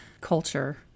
culture